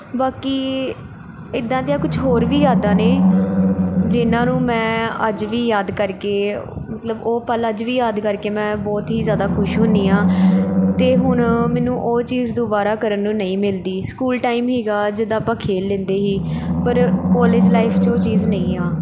ਬਾਕੀ ਇੱਦਾਂ ਦੀਆਂ ਕੁਝ ਹੋਰ ਵੀ ਯਾਦਾਂ ਨੇ ਜਿਨ੍ਹਾਂ ਨੂੰ ਮੈਂ ਅੱਜ ਵੀ ਯਾਦ ਕਰਕੇ ਮਤਲਬ ਉਹ ਪਲ ਅੱਜ ਵੀ ਯਾਦ ਕਰਕੇ ਮੈਂ ਬਹੁਤ ਹੀ ਜ਼ਿਆਦਾ ਖੁਸ਼ ਹੁੰਦੀ ਹਾਂ ਅਤੇ ਹੁਣ ਮੈਨੂੰ ਉਹ ਚੀਜ਼ ਦੁਬਾਰਾ ਕਰਨ ਨੂੰ ਨਹੀਂ ਮਿਲਦੀ ਸਕੂਲ ਟਾਈਮ ਸੀਗਾ ਜਦ ਆਪਾਂ ਖੇਡ ਲੈਂਦੇ ਸੀ ਪਰ ਕੋਲੇਜ ਲਾਈਫ 'ਚ ਉਹ ਚੀਜ਼ ਨਹੀਂ ਆ